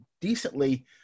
decently